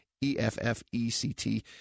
E-F-F-E-C-T